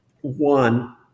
one